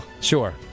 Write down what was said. Sure